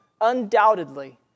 undoubtedly